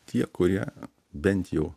tie kurie bent jau